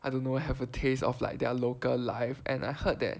I don't know have a taste of like their local life and I heard that